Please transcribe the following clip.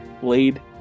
Blade